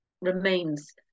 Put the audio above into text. remains